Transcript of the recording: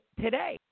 today